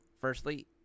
firstly